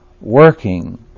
working